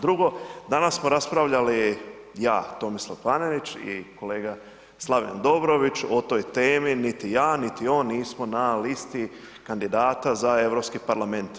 Drugo, danas smo raspravljali, ja Tomislav Panenić i kolega Slaven Dobrović o toj temi, niti ja, niti on nismo na listi kandidata za Europski parlament.